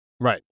Right